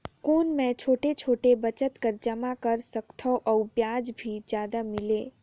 कौन मै छोटे छोटे बचत कर जमा कर सकथव अउ ब्याज भी जादा मिले?